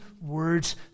words